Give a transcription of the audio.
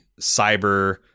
cyber